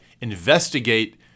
investigate